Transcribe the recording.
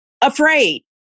afraid